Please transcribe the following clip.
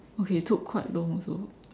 okay took quite long also